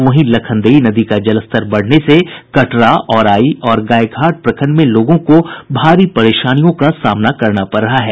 वहीं लखनदेई नदी का जलस्तर बढ़ने से कटरा औराई और गायघाट प्रखंड में लोगों को भारी परेशानियों का सामना करना पड़ रहा है